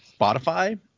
Spotify